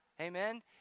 Amen